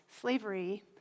slavery